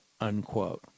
unquote